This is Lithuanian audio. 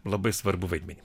labai svarbų vaidmenį